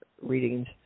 Readings